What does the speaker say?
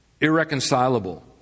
irreconcilable